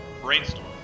Brainstorm